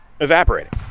evaporating